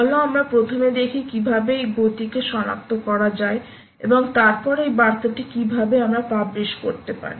চলো আমরা প্রথমে দেখি কিভাবে এই গতিকে শনাক্ত করা যায় এবং তারপর এই বার্তাটি কিভাবে আমরা পাবলিশ করতে পারি